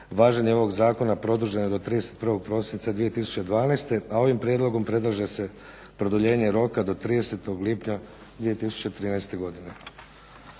važenje ovog Zakona produženo je do 31. prosinca 2012. a ovim prijedlogom predlaže se produljenje roka do 30. lipnja 2013. godine.